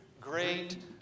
great